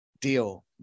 deal